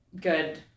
good